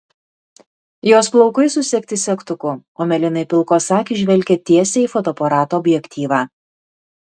jos plaukai susegti segtuku o mėlynai pilkos akys žvelgia tiesiai į fotoaparato objektyvą